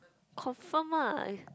confirm ah